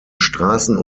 straßen